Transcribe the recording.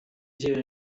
dziwię